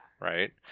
Right